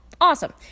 awesome